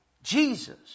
Jesus